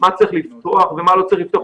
מה צריך לפתוח ומה לא צריך לפתוח,